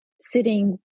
sitting